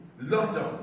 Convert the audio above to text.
London